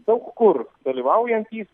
daug kur dalyvaujantys